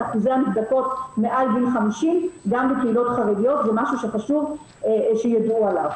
אחוז הנבדקות מעל גיל 50 גם בקהילות חרדיות וזה משהו שחשוב שידעו עליו.